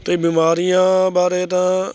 ਅਤੇ ਬਿਮਾਰੀਆਂ ਬਾਰੇ ਤਾਂ